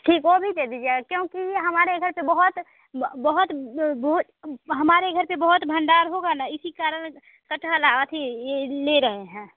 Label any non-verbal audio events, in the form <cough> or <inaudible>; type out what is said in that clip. ठीक वह भी दे दीजिए क घर से बहुत बोहुत हमारे घर से बहुत भण्डार होगा ना इसी कारण कटहल <unintelligible> ले रहे हैं